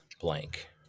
blank